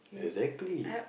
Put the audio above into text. exactly